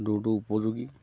দৌৰটো উপযোগী